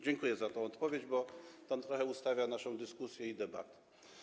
Dziękuję za tę odpowiedź, bo pan trochę ustawia naszą dyskusję i debatę.